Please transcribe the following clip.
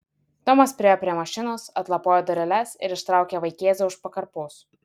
tomas priėjo prie mašinos atlapojo dureles ir ištraukė vaikėzą už pakarpos